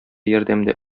ярдәмендә